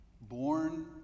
Born